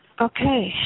Okay